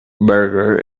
burger